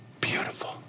Beautiful